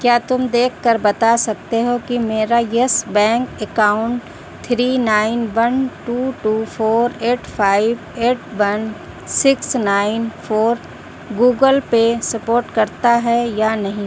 کیا تم دیکھ کر بتا سکتے ہو کہ میرا Yes Bank account three nine one two two four eight five eight one six nine four Google Pay support کرتا ہے یا نہیں